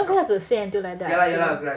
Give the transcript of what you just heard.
but you don't have to say until like that